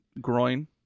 groin